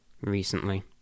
recently